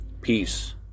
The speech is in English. Peace